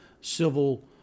civil